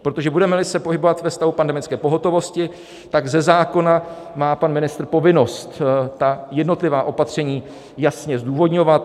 Protože budemeli se pohybovat ve stavu pandemické pohotovosti, tak ze zákona má pan ministr povinnost ta jednotlivá opatření jasně zdůvodňovat.